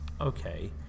okay